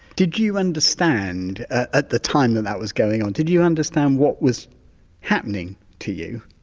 did you understand at the time that that was going on did you understand what was happening to you,